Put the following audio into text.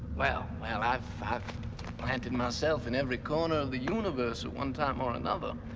well, well i've planted myself in every corner of the universe at one time or and another,